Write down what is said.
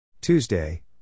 Tuesday